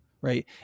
right